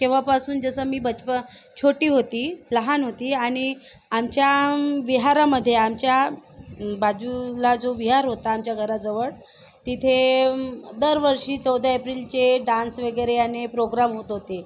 केव्हापासून जसं मी बचप छोटी होती लहान होती आणि आमच्या विहारामध्ये आमच्या बाजूला जो विहार होता आमच्या घराजवळ तिथे दरवर्षी चौदा एप्रिलचे डान्स वगैरे आणि प्रोग्रॅम होत होते